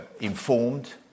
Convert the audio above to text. informed